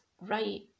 right